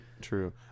True